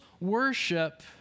worship